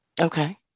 Okay